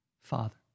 father